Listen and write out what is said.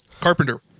Carpenter